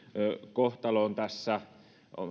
kohtaloon